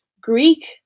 Greek